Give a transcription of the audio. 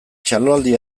txaloaldi